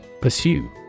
Pursue